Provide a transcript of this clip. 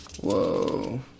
Whoa